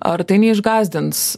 ar tai neišgąsdins